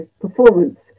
performance